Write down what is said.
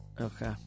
okay